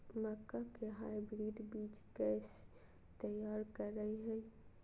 मक्का के हाइब्रिड बीज कैसे तैयार करय हैय?